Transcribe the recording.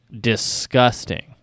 disgusting